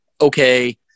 okay